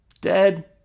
Dead